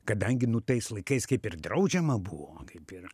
kadangi nu tais laikais kaip ir draudžiama buvo kaip ir